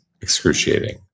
excruciating